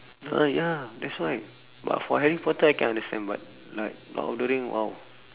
ah ya that's why but for harry potter I can understand but like lord of the ring !wow!